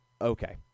okay